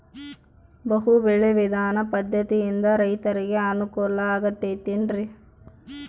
ಬಹು ಬೆಳೆ ವಿಧಾನ ಪದ್ಧತಿಯಿಂದ ರೈತರಿಗೆ ಅನುಕೂಲ ಆಗತೈತೇನ್ರಿ?